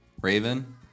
Raven